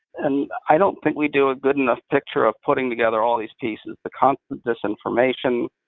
and i don't think we do a good enough picture of putting together all these pieces the constant disinformation,